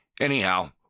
anyhow